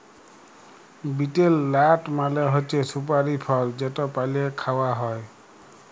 betel লাট মালে হছে সুপারি ফল যেট পালে খাউয়া হ্যয়